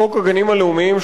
חוק גנים לאומיים,